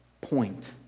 point